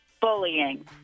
bullying